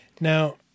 Now